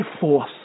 force